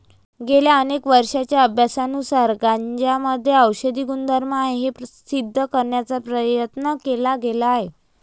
गेल्या अनेक वर्षांच्या अभ्यासानुसार गांजामध्ये औषधी गुणधर्म आहेत हे सिद्ध करण्याचा प्रयत्न केला गेला आहे